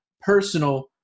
personal